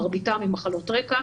מרביתם עם מחלות רקע,